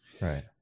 Right